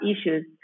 issues